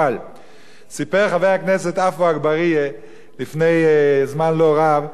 אבל סיפר חבר הכנסת עפו אגבאריה לפני זמן לא רב,